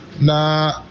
Na